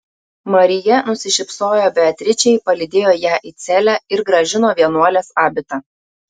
marija nusišypsojo beatričei palydėjo ją į celę ir grąžino vienuolės abitą